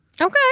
Okay